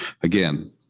Again